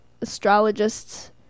astrologists